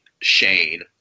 Shane